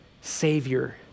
Savior